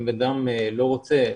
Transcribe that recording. אם בן אדם לא רוצה,